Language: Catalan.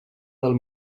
del